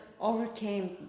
overcame